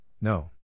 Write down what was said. no